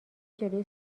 جلوی